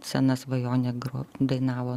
sena svajonė groti dainavo